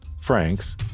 Franks